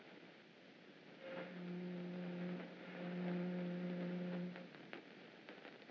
time